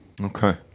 okay